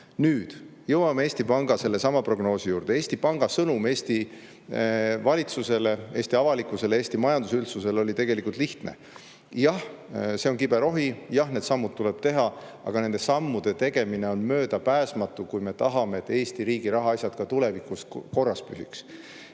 Nüüd jõuame sellesama Eesti Panga prognoosi juurde. Eesti Panga sõnum Eesti valitsusele, Eesti avalikkusele, Eesti majandusüldsusele oli tegelikult lihtne. Jah, see on kibe rohi, aga jah, need sammud tuleb teha, nende sammude tegemine on möödapääsmatu, kui me tahame, et Eesti riigi rahaasjad ka tulevikus korras püsiks.